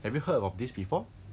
have you heard of this before